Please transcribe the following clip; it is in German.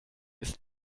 ist